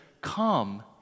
come